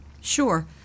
Sure